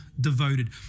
Devoted